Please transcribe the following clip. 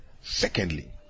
Secondly